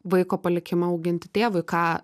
vaiko palikimą auginti tėvui ką